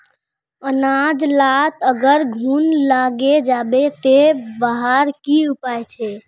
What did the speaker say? अनाज लात अगर घुन लागे जाबे ते वहार की उपाय छे?